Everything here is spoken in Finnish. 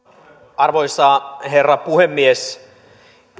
arvoisa herra puhemies